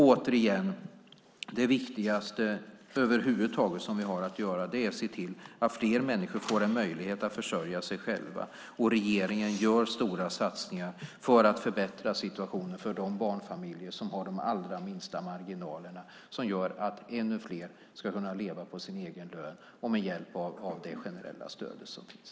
Återigen: Det viktigaste vi har att göra över huvud taget är att se till att fler människor får en möjlighet att försörja sig själva. Regeringen gör stora satsningar för att förbättra situationen för de barnfamiljer som har de allra minsta marginalerna som gör att ännu fler ska kunna leva på sin egen lön och med hjälp av det generella stöd som finns.